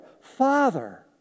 Father